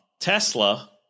Tesla